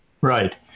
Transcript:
Right